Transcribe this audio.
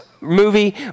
movie